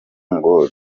ngo